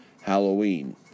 Halloween